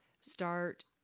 start